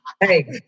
Hey